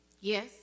Yes